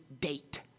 date